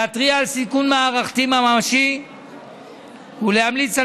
להתריע על סיכון מערכתי ממשי ולהמליץ על